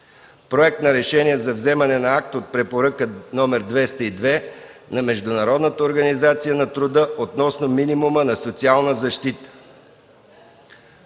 Проект на решение за вземане акт от Препоръка № 202 на Международната организация на труда относно минимума на социалната защита.